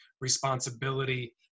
responsibility